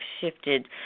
shifted